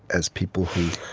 as people who,